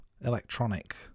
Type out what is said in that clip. electronic